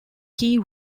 key